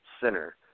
center